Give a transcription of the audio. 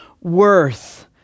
worth